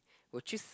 would choose